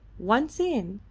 once in,